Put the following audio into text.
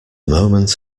moment